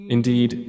Indeed